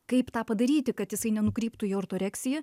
kaip tą padaryti kad jisai nenukryptų į ortoreksiją